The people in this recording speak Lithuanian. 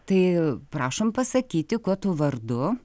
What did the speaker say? tai prašom pasakyti kuo tu vardu